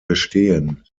bestehen